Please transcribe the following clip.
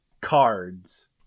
cards